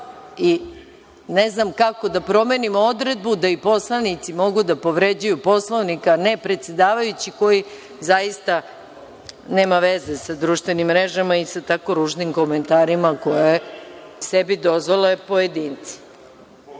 i ne znam kako da promenim odredbu da i poslanici mogu da povređuju Poslovnik, a ne predsedavajući koji zaista nema veze sa društvenim mrežama i sa tako ružnim komentarima koje sebi dozvole pojedinci.(Vojislav